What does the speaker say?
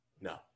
No